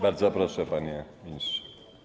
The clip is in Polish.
Bardzo proszę, panie ministrze.